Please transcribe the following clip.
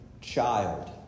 child